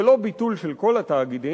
זה לא ביטול של כל התאגידים,